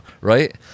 right